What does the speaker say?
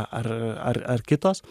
ar ar ar kitos